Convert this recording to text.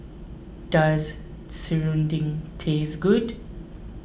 does Serunding taste good